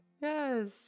Yes